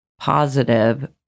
positive